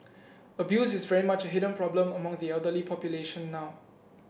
abuse is very much a hidden problem among the elderly population now